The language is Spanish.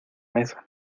mesa